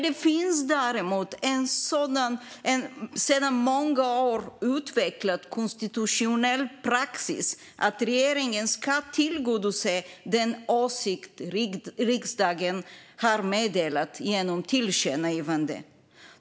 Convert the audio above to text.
Det finns däremot en sedan många år utvecklad konstitutionell praxis att regeringen ska tillgodose den åsikt som riksdagen har meddelat genom tillkännagivanden.